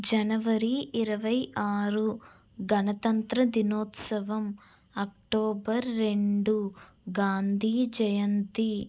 జనవరి ఇరవై ఆరు గణతంత్ర దినోత్సవం అక్టోబరు రెండు గాంధీ జయంతి